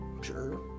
Sure